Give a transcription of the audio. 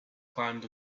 climbed